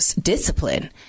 discipline